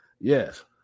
yes